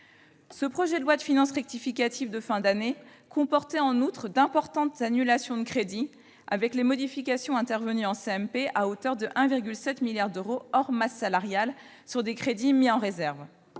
ce projet de loi de finances rectificative de fin d'année comportait d'importantes annulations de crédits avant les modifications intervenues en commission mixte paritaire, à hauteur de 1,7 milliard d'euros, hors masse salariale, sur des crédits mis en réserve.